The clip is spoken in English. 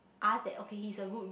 us that okay he's a good